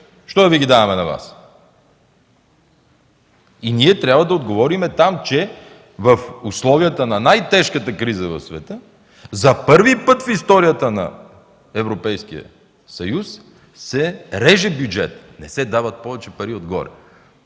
защо да Ви ги даваме на Вас?” Ние трябва да отговорим там, че в условията на най-тежката криза в света, за първи път в историята на Европейския съюз се реже бюджет – не се дават повече пари отгоре.